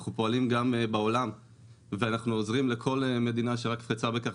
אנחנו פועלים גם בעולם ועוזרים לכל מדינה שחפצה בכך